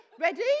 Ready